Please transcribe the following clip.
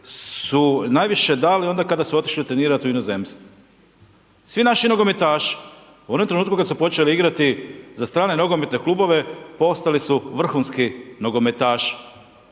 su najviše dali onda kada su otišli trenirati u inozemstvo. Svi naši nogometaši u onom trenutku kada su počeli igrati za strane nogometne klubove, postali su vrhunski nogometaši,